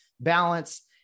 balance